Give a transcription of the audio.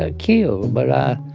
ah killed. but